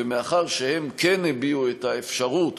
ומאחר שהם כן הביעו את האפשרות,